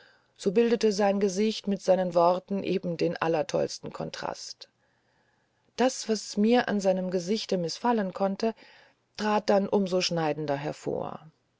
so bildete sein gesicht mit seinem worte eben den allertollsten kontrast das was mir an seinem gesichte mißfallen konnte trat dann um so schneidender hervor